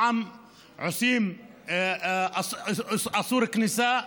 פעם עושים איסור כניסה.